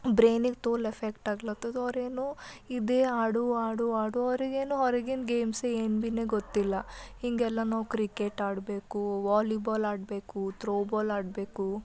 ಬ್ರೇನಿಗೆ ತೋಲ್ ಎಫೆಕ್ಟಾಗ್ಲತ್ತದ ಅವರೇನು ಇದೆ ಆಡು ಆಡು ಆಡು ಅವರಿಗೇನು ಹೊರಗಿನ ಗೇಮ್ಸ್ ಏನು ಭೀ ಗೊತ್ತಿಲ್ಲ ಹೀಗೆಲ್ಲ ನಾವು ಕ್ರಿಕೆಟ್ ಆಡಬೇಕು ವಾಲಿಬಾಲ್ ಆಡಬೇಕು ತ್ರೋಬಾಲ್ ಆಡಬೇಕು